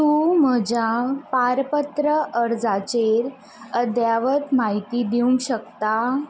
तूं म्हज्या पारपत्र अर्जाचेर अध्यावत म्हायती दिवंक शकता